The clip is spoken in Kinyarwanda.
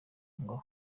ngo